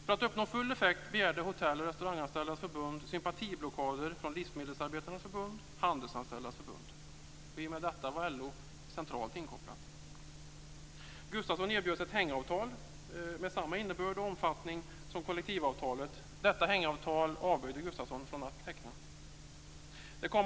För att uppnå full effekt begärde Hotell och Restauranganställdas Förbund sympatiblockader från Livsmedelsarbetareförbundet och Handelsanställdas förbund. I och med detta var LO centralt inkopplad. Gustafsson erbjöds ett "hängavtal", med samma innebörd och omfattning som kollektivavtalet.